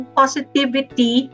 positivity